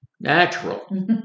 natural